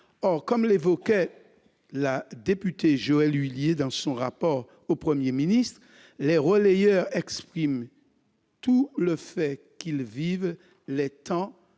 Or, comme le soulignait la députée Joëlle Huillier dans son rapport au Premier ministre, « les relayeurs expriment tous le fait qu'ils vivent les temps